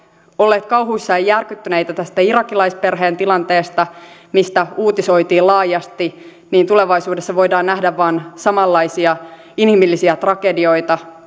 olleet kauhuissaan ja järkyttyneitä tästä irakilaisperheen tilanteesta mistä uutisoitiin laajasti tulevaisuudessa voidaan vain nähdä samanlaisia inhimillisiä tragedioita